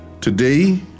Today